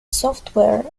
software